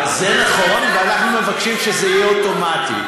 זה נכון, ואנחנו מבקשים שזה יהיה אוטומטי.